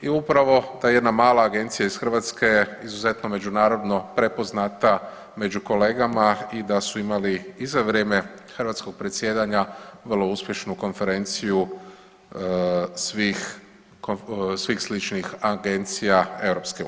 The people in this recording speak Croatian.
I upravo ta jedna mala agencije iz Hrvatske je izuzetno međunarodno prepoznata među kolegama i da su imali i za vrijeme hrvatskog predsjedanja vrlo uspješnu konferenciju svih sličnih agencija EU.